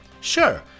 Sure